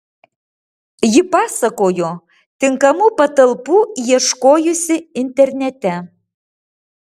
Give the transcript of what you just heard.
ji pasakojo tinkamų patalpų ieškojusi internete